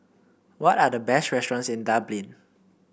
what are the best restaurants in Dublin